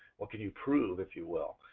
what can you prove if you will.